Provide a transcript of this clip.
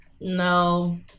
no